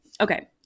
okay